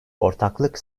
ortaklık